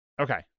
okay